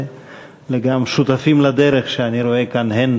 וגם לשותפים לדרך שאני רואה כאן הן